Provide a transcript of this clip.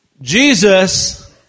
Jesus